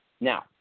now